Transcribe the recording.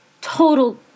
total